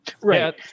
right